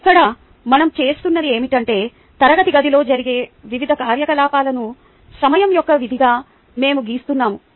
ఇక్కడ మనం చేస్తున్నది ఏమిటంటే తరగతి గదిలో జరిగే వివిధ కార్యకలాపాలను సమయం యొక్క విధిగా మేము గీస్తున్నాము